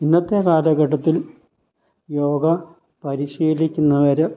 ഇന്നത്തെ കാലഘട്ടത്തിൽ യോഗ പരിശീലിക്കുന്നവര്